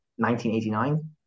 1989